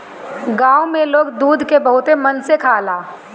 गाँव में लोग दूध के बहुते मन से खाला